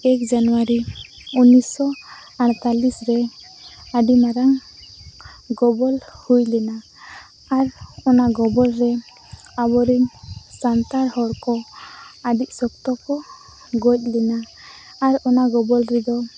ᱮᱹᱠ ᱡᱟᱱᱩᱣᱟᱨᱤ ᱩᱱᱤᱥ ᱥᱚ ᱟᱲᱛᱟᱞᱤᱥᱨᱮ ᱟᱹᱰᱤ ᱢᱟᱨᱟᱝ ᱜᱚᱵᱚᱞ ᱦᱩᱭᱞᱮᱱᱟ ᱟᱨ ᱚᱱᱟ ᱜᱚᱵᱚᱞᱨᱮ ᱟᱵᱚᱨᱮᱱ ᱥᱟᱱᱛᱟᱲ ᱦᱚᱲᱠᱚ ᱟᱹᱰᱤ ᱥᱚᱠᱛᱚᱠᱚ ᱜᱚᱡ ᱞᱮᱱᱟ ᱟᱨ ᱚᱱᱟ ᱜᱚᱵᱚᱞ ᱨᱮᱫᱚ